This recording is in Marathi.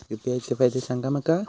यू.पी.आय चे फायदे सांगा माका?